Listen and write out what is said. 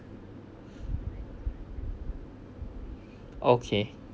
okay